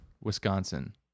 Wisconsin